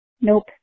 Nope